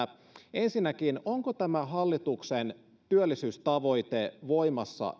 ensinnäkin miltä osin tämä hallituksen työllisyystavoite on voimassa